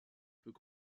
peut